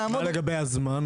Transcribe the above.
מה לגבי הזמן?